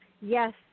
Yes